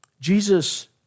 Jesus